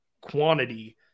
quantity